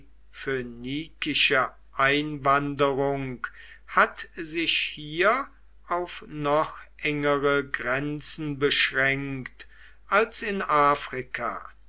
phönikische einwanderung hat sich hier auf noch engere grenzen beschränkt als in afrika